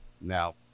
Now